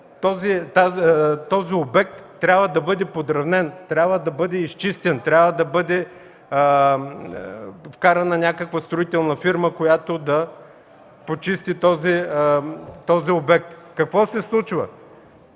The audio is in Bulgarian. този обект трябва да бъде подравнен, трябва да бъде изчистен, трябва да бъде вкарана някаква строителна фирма, която да го почисти. Какво се случва?